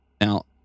Now